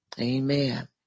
Amen